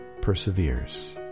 perseveres